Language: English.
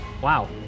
Wow